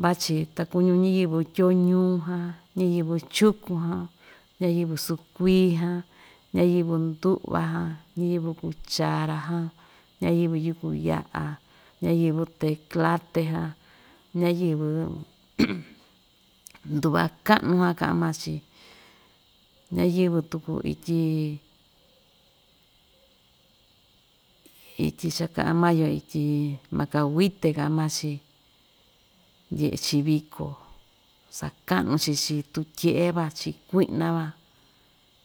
Vachi ta kuñu ñiyɨvɨ tyoñuu jan, ñiyɨvɨ chukun jan, ñayɨvɨ sukuí jan, ñayɨvɨ ndu'van jan, ñiyɨvɨ kuchara jan, ñayɨvɨ yukuya'a, ñayɨvɨ teclate jan ñayɨvɨ ndu'va ka'nu jan ka'a maa‑chi ñayɨvɨ tuku ityi ityi cha‑ka'an maa‑yo ityi macahuite ka'a maa‑chi ndye'e‑chi viko sa'kanu‑chi chi tutye'e van chi kui'na van